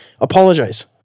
apologize